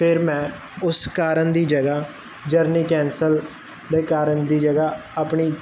ਫਿਰ ਮੈਂ ਉਸ ਕਾਰਨ ਦੀ ਜਗ੍ਹਾ ਜਰਨੀ ਕੈਂਸਲ ਦੇ ਕਾਰਨ ਦੀ ਜਗ੍ਹਾ ਆਪਣੀ